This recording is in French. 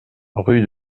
rue